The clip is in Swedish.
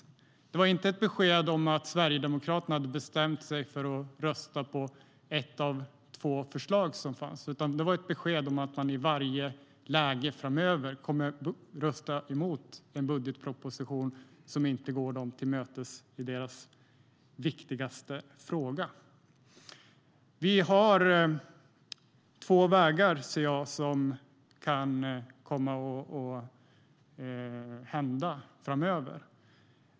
Beskedet var inte att Sverigedemokraterna bestämt sig för att rösta på ett av de två förslag som fanns, utan beskedet var att de i varje läge framöver kommer att rösta emot en budgetproposition som inte går dem till mötes i deras viktigaste fråga. Som jag ser det har vi två alternativ framöver.